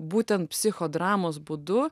būtent psichodramos būdu